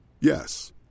Yes